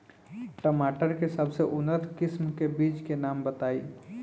टमाटर के सबसे उन्नत किस्म के बिज के नाम बताई?